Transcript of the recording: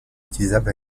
utilisable